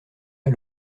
pas